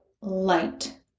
light